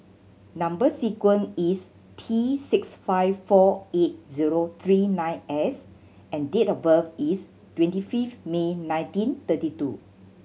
number sequence is T six five four eight zero three nine S and date of birth is twenty fifth May nineteen thirty two